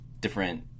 different